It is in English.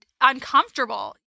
uncomfortable